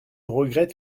regrette